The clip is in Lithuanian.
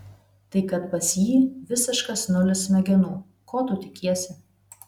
tai kad pas jį visiškas nulis smegenų ko tu tikiesi